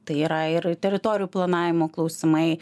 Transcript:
tai yra ir teritorijų planavimo klausimai